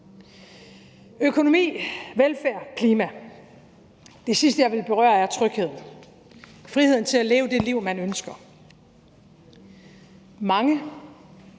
Økonomi, velfærd, klima. Det sidste, jeg vil berøre, er trygheden – friheden til at leve det liv, man ønsker. Mange,